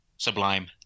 Sublime